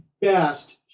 best